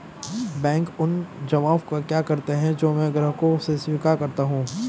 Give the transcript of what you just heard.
Bank उन जमाव का क्या करता है जो मैं ग्राहकों से स्वीकार करता हूँ?